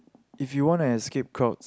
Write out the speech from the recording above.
if you want escape crowd